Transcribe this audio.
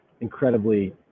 incredibly